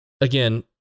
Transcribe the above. again